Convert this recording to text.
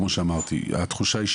התחושה היא,